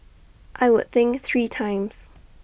I would think three times